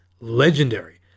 legendary